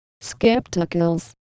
Skepticals